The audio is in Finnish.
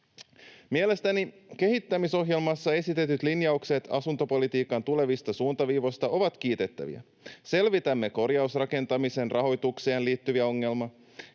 Mielestäni kehittämisohjelmassa esitetyt linjaukset asuntopolitiikan tulevista suuntaviivoista ovat kiitettäviä. Selvitämme korjausrakentamisen rahoitukseen liittyviä ongelmia,